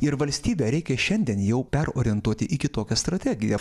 ir valstybę reikia šiandien jau perorientuoti į kitokią strategiją